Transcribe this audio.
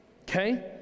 Okay